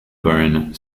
bone